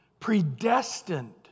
predestined